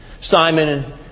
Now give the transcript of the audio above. Simon